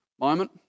moment